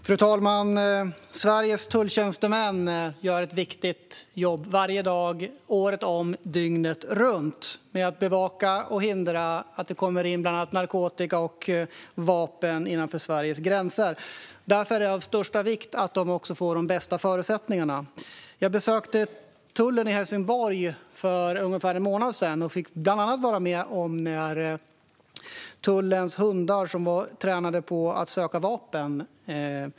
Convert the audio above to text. Fru talman! Sveriges tulltjänstemän gör varje dag, året om och dygnet runt ett viktigt jobb med att bevaka och hindra att det kommer in bland annat narkotika och vapen innanför Sveriges gränser. Därför är det av största vikt att de får de bästa förutsättningarna. Jag besökte tullen i Helsingborg för ungefär en månad sedan och fick bland annat vara med när tullens hundar tränades att söka vapen.